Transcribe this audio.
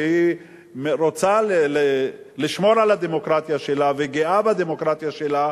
שרוצה לשמור על הדמוקרטיה שלה וגאה בדמוקרטיה שלה,